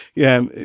yeah.